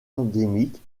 endémique